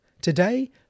Today